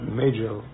major